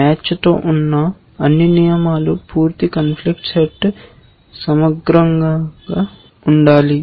మ్యాచ్తో ఉన్న అన్ని నియమాలు పూర్తి కాంఫ్లిక్ట్ సెట్ సమగ్రంగా ఉండాలి